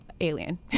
alien